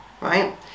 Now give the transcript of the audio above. right